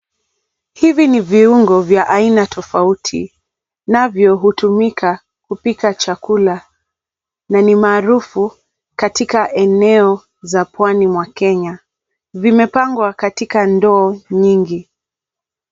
Hivi ni viungo vya aina tofauti navyo hutumika kupika chakula na ni maarufu katika eneo za Pwani mwa Kenya. Vimepangwa katika ndoo nyingi.